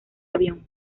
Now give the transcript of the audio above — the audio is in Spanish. avión